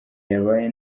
yabaye